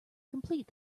complete